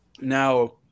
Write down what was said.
Now